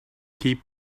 keep